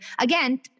again